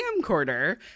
camcorder